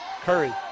curry